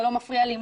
זה לא מפריע לי.